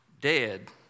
dead